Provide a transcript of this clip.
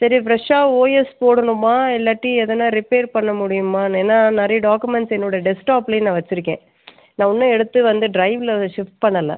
சரி ஃப்ரெஷ்ஷாக ஓஎஸ் போடணுமா இல்லாட்டி எதனால் ரிப்பேர் பண்ண முடியுமானு ஏன்னால் நிறைய டாக்குமெண்ட்ஸ் என்னுடைய டெஸ்க்டாப்பிலே நான் வச்சுருக்கேன் நான் இன்னும் எடுத்து வந்து ட்ரைவ்வில் அதை ஷிஃப்ட் பண்ணலை